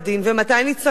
מתי יום הדין,